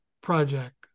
project